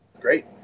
Great